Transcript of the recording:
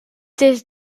des